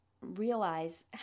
realize